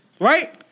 Right